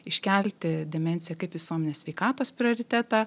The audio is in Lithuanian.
iškelti demensiją kaip visuomenės sveikatos prioritetą